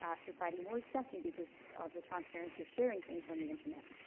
ah society more accepting because of the transparency, you're sharing things on the internet?